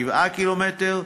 7 קילומטרים,